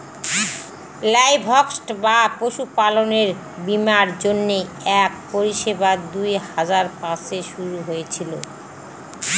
livestock বা পশুপালনের বীমার জন্য এক পরিষেবা দুই হাজার পাঁচে শুরু হয়েছিল